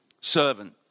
servant